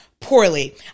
poorly